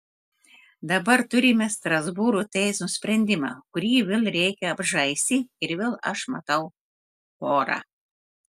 dabar turime strasbūro teismo sprendimą kurį vėl reikia apžaisti ir vėl aš matau chorą